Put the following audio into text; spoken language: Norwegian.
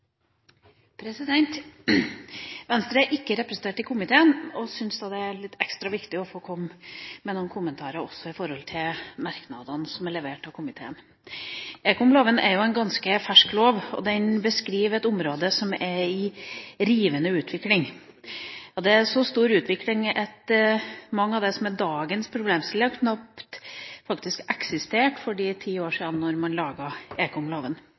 Venstre er ikke representert i komiteen, så vi syns da det er litt ekstra viktig å få komme med noen kommentarer til merknadene som er levert av komiteen. Ekomloven er jo en ganske fersk lov. Den beskriver et område som er i en rivende utvikling. Det er en så stor utvikling at mange av dagens problemstillinger knapt nok eksisterte for ti år siden, da man laget ekomloven.